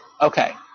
Okay